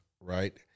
right